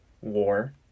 war